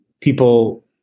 people